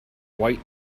white